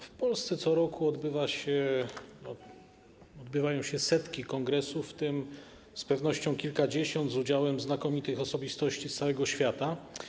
W Polsce co roku odbywają się setki kongresów, w tym z pewnością kilkadziesiąt z udziałem znakomitych osobistości z całego świata.